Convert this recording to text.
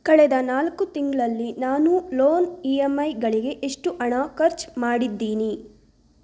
ಕಳೆದ ನಾಲ್ಕು ತಿಂಗಳಲ್ಲಿ ನಾನು ಲೋನ್ ಇ ಎಮ್ ಐಗಳಿಗೆ ಎಷ್ಟು ಹಣ ಖರ್ಚು ಮಾಡಿದ್ದೀನಿ